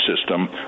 system